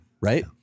right